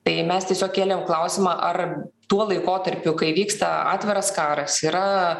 tai mes tiesiog kėlėm klausimą ar tuo laikotarpiu kai vyksta atviras karas yra